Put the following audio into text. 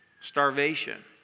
Starvation